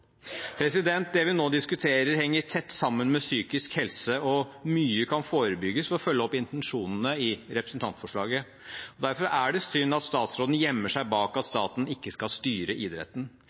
Det vi nå diskuterer, henger tett sammen med psykisk helse, og mye kan forebygges ved å følge opp intensjonene i representantforslaget. Derfor er det synd at statsråden gjemmer seg bak at staten ikke skal styre idretten. Det er jeg 100 pst. enig i, både som tillitsvalgt i idretten